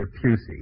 Pusey